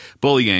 bullying